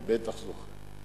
אתה בטח זוכר.